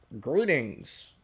Greetings